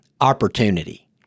opportunity